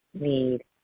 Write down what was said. need